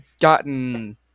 gotten